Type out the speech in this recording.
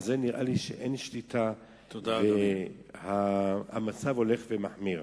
על זה נראה לי שאין שליטה, והמצב הולך ומחמיר.